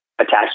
attached